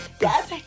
Yes